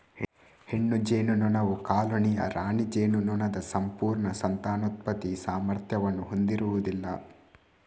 ಹೆಣ್ಣು ಜೇನುನೊಣವು ಕಾಲೋನಿಯ ರಾಣಿ ಜೇನುನೊಣದ ಸಂಪೂರ್ಣ ಸಂತಾನೋತ್ಪತ್ತಿ ಸಾಮರ್ಥ್ಯವನ್ನು ಹೊಂದಿರುವುದಿಲ್ಲ